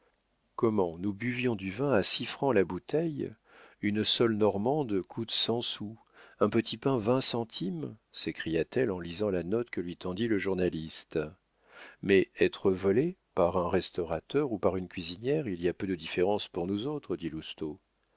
comment nous buvions du vin à six francs la bouteille une sole normande coûte cent sous un petit pain vingt centimes s'écria-t-elle en lisant la note que lui tendit le journaliste mais être volé par un restaurateur ou par une cuisinière il y a peu de différence pour nous autres dit